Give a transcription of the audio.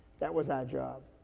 that was our job.